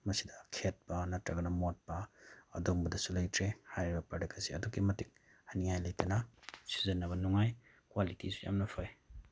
ꯃꯁꯤꯗ ꯈꯦꯠꯄ ꯅꯠꯇ꯭ꯔꯒ ꯃꯣꯠꯄ ꯑꯗꯨꯒꯨꯝꯕꯗꯁꯨ ꯂꯩꯇ꯭ꯔꯦ ꯍꯥꯏꯔꯤꯕ ꯄ꯭ꯔꯗꯛ ꯑꯁꯤ ꯑꯗꯨꯛꯀꯤ ꯃꯇꯤꯛ ꯍꯥꯏꯅꯤꯡꯉꯥꯏ ꯂꯩꯇꯅ ꯁꯤꯖꯤꯟꯅꯕ ꯅꯨꯡꯉꯥꯏ ꯀ꯭ꯋꯥꯂꯤꯇꯤꯁꯨ ꯌꯥꯝꯅ ꯐꯩ